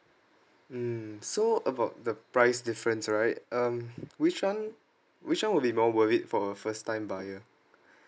mm so about the price difference right um which one which one will be more worth it for a first time buyer